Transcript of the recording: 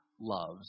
loves